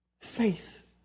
faith